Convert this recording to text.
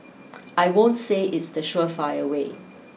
I won't say it's the surefire way